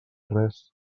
res